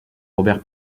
robert